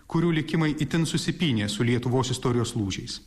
kurių likimai itin susipynė su lietuvos istorijos lūžiais